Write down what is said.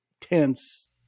tense